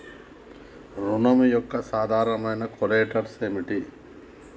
ఋణం యొక్క సాధ్యమైన కొలేటరల్స్ ఏమిటి?